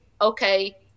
okay